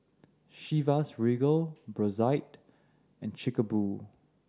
Chivas Regal Brotzeit and Chic a Boo